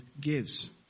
gives